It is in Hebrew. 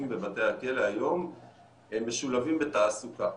בבתי הכלא היום הם משולבים בתעסוקה.